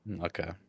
Okay